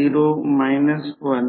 10 4 metre square